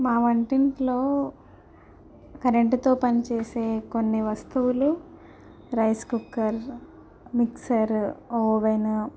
మా వంటింట్లో కరెంటుతో పని చేసే కొన్ని వస్తువులు రైస్ కుక్కర్ మిక్సరు ఓవెను